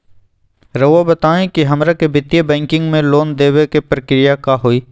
रहुआ बताएं कि हमरा के वित्तीय बैंकिंग में लोन दे बे के प्रक्रिया का होई?